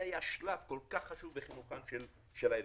זה היה שלב כל כך חשוב בחינוכם של הילדים.